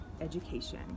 education